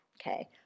okay